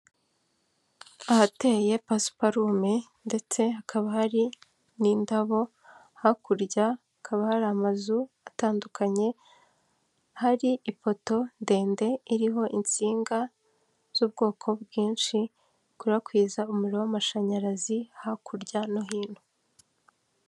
Ahateye pasiparume, ndetse hakaba hari n'indabo hakurya kabari amazu atandukanye hari ifoto ndende iriho insinga z'ubwoko bwinshi, ikwirakwiza umuriro w'amashanyarazi hakurya no hino.